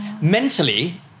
Mentally